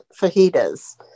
fajitas